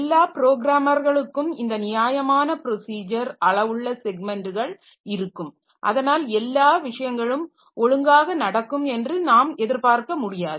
எல்லா ப்ரோகிராமர்களுக்கும் இந்த நியாயமான ப்ரொசிஜர் அளவுள்ள ஸெக்மென்ட்டுகள் இருக்கும் அதனால் எல்லா விஷயங்களும் ஒழுங்காக நடக்கும் என்று நாம் எதிர்பார்க்க முடியாது